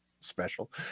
special